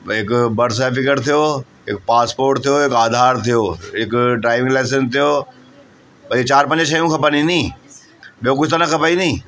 भई हिकु birth certificate थियो हिक पासपोट थियो हिकु आधार थियो हिक ड्राइविंग लाइसेंस थियो भई चारि पंज शयूं खपनि नी ॿियों कुझु त न खपेई नी